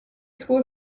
school